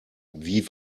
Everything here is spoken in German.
wie